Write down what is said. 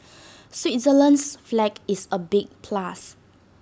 Switzerland's flag is A big plus